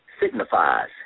signifies